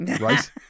Right